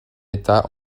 état